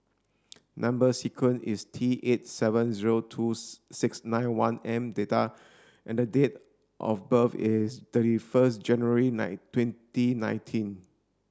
number sequence is T eight seven zero twos six nine one M data and date of birth is thirty first January nine twenty nineteen